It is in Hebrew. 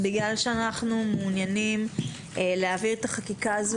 ובגלל שאנו מעוניינים להעביר את החקיקה הזו